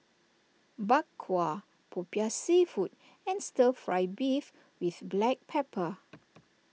Bak Kwa Popiah Seafood and Stir Fry Beef with Black Pepper